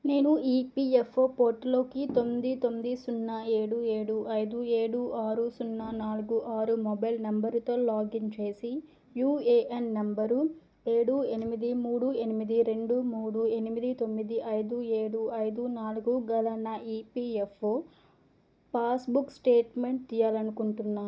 నేను ఈపీఎఫ్ఓ పోర్టల్లోకి తొమ్మిది తొమ్మిది సున్నా ఏడు ఏడు ఐదు ఏడు ఆరు సున్నా నాలుగు ఆరు మొబైల్ నెంబరుతో లాగిన్ చేసి యూఏఎన్ నంబరు ఏడు ఎనిమిది మూడు ఎనిమిది రెండు మూడు ఎనిమిది తొమ్మిది ఐదు ఏడు ఐదు నాలుగు గల నా ఈపీఎఫ్ఓ పాస్బుక్ స్టేట్మెంట్ తీయాలనుకుంటున్నాను